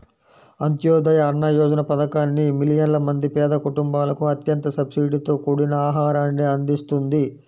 అంత్యోదయ అన్న యోజన పథకాన్ని మిలియన్ల మంది పేద కుటుంబాలకు అత్యంత సబ్సిడీతో కూడిన ఆహారాన్ని అందిస్తుంది